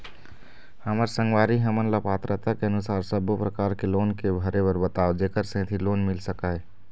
हमर संगवारी हमन ला पात्रता के अनुसार सब्बो प्रकार के लोन के भरे बर बताव जेकर सेंथी लोन मिल सकाए?